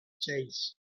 seis